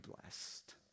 blessed